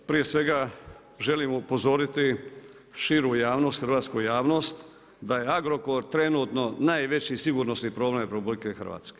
Prije svega želim upozoriti širu javnost, hrvatsku javnost da je Agrokor trenutno najveći sigurnosni problem RH.